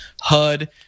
HUD